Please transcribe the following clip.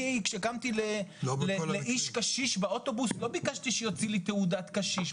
אני כשקמתי לאיש קשיש באוטובוס לא ביקשתי שיוציא לי תעודת קשיש.